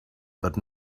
but